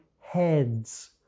heads